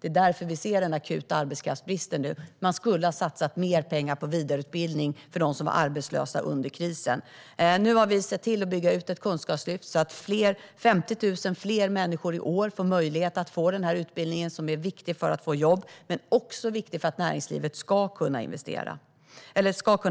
Det är därför vi nu ser den akuta arbetskraftsbristen. Man skulle ha satsat mer pengar på vidareutbildning för dem som var arbetslösa under krisen. Nu har vi sett till att bygga ut ett kunskapslyft så att 50 000 fler människor i år får möjlighet att få denna utbildning, som är viktig för att få jobb men också viktig för att näringslivet ska kunna